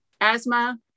asthma